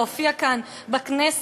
להופיע כאן בכנסת,